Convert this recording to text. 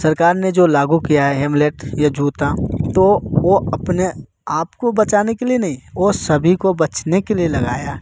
सरकार ने जो लागू किया है हेमलेट या जूता तो वह अपने आपको बचाने के लिए नहीं वह सभी को बचने के लिए लगाया